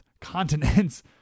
continents